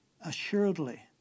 assuredly